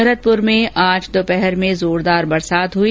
भरतपुर में आज दोपहर में जोरदार बरसात हुई